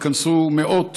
התכנסו מאות